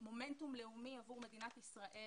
מומנטום לאומי עבור מדינת ישראל